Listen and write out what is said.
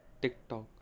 TIKTOK